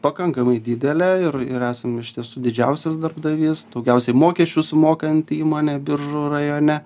pakankamai didelė ir ir esam iš tiesų didžiausias darbdavys daugiausiai mokesčių sumokanti įmonė biržų rajone